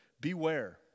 Beware